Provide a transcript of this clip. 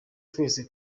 twese